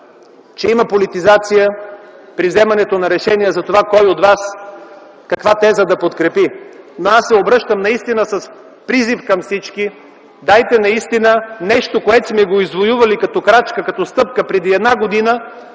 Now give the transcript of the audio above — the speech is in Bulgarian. че има политизация при вземането на решение за това кой от вас каква теза да подкрепи, но аз се обръщам с призив към всички – дайте наистина за нещо, което сме извоювали като крачка, като стъпка преди една година,